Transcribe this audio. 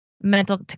mental